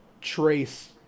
trace